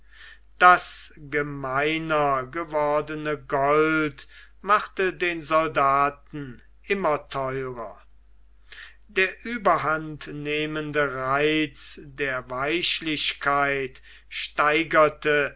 das gemeiner gewordene gold machte den soldaten immer theurer der überhand nehmende reiz der weichlichkeit steigerte